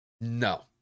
No